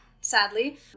sadly